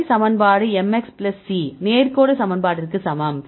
y சமன்பாடு mx plus c நேர் கோடு சமன்பாட்டிற்கு சமம்